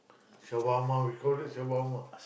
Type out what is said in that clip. so one more we call it so one more